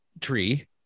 tree